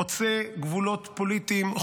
חוצה גבולות פוליטיים,